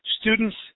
Students